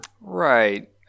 Right